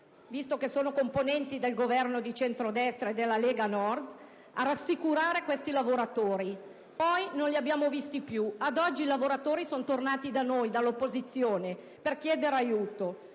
visto che sono componenti del Governo di centrodestra e della Lega Nord; ma poi non li abbiamo più visti e oggi i lavoratori sono tornati da noi, dall'opposizione, per chiedere aiuto.